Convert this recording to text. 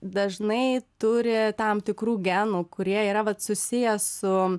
dažnai turi tam tikrų genų kurie yra vat susiję su